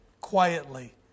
quietly